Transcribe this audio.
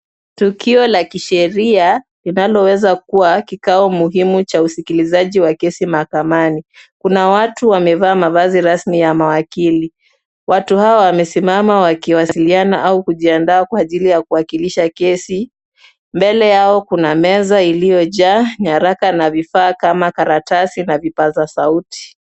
Tukio la kisheria linaloweza kuwa kikao muhimu cha usikilizaji wa kesi mahakamani. Kuna watu wamevaa mavazi rasmi ya mawakili. Watu hawa wamesimama wakiwasiliana au kujiandaa kwa ajili ya kuwakilisha kesi. Mbele yao kuna meza iliyojaa nyaraka na vifaa kama karatasi na vipaza sauti.